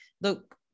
look